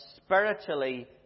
spiritually